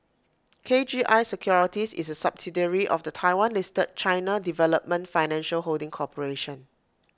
K G I securities is A subsidiary of the Taiwan listed China development financial holding corporation